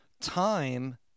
time